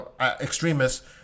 extremists